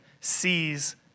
sees